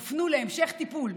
הופנו להמשך טיפול,